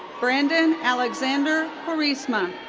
brandon alexander querisma.